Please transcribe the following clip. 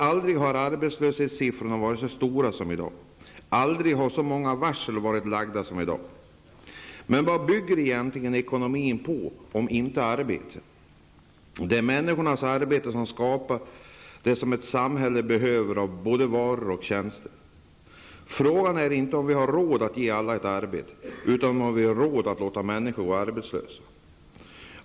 Aldrig har arbetslöshetssiffrorna varit så stora som i dag. Aldrig har så många varsel varit lagda som i dag. Men vad bygger egentligen ekonomin på om inte arbete? Det är människors arbete som skapar det som ett samhälle behöver av både varor och tjänster. Frågan är inte om vi har råd att ge alla ett arbete, utan om vi har råd att låta människor gå arbetslösa.